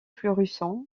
fluorescent